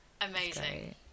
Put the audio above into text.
amazing